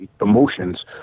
emotions